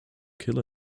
kill